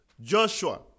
Joshua